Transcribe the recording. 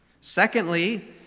Secondly